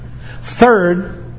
Third